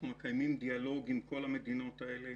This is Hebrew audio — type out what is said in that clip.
אנחנו מקיימים דיאלוג עם כל המדינות האלה